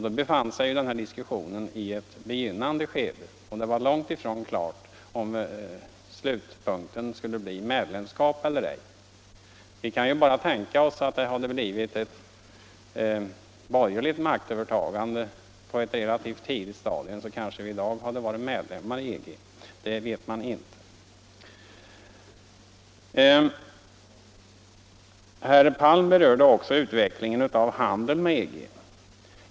Då befann sig den här diskussionen i ett begynnande skede, och det var långt ifrån avgjort om slutpunkten skulle bli medlemskap eller ej. Vi kan bara tänka oss att det hade blivit ett borgerligt maktövertagande på ett relativt tidigt stadium — då kanske Sverige i dag hade varit medlem i EG; det vet vi inte. Herr Palm berörde också utvecklingen av handeln med EG.